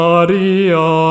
Maria